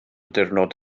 diwrnod